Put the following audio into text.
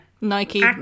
Nike